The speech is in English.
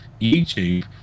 YouTube